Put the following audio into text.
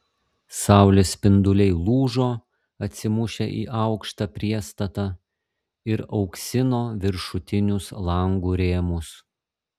saulės spinduliai lūžo atsimušę į aukštą priestatą ir auksino viršutinius langų rėmus